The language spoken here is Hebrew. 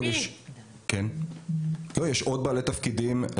יש עוד בעלי תפקידים.